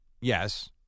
yes